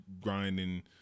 grinding